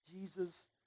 Jesus